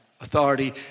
authority